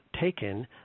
taken